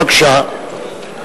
בבקשה.